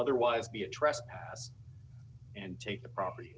otherwise be a trespass and take the property